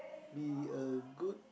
be a good